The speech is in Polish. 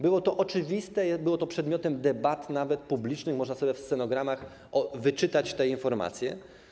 Było to oczywiste, było to przedmiotem nawet debat publicznych - można sobie w stenogramach wyczytać te informacje.